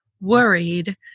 worried